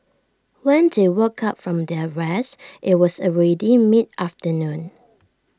when they woke up from their rest IT was already mid afternoon